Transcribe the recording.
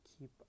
keep